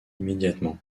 immédiatement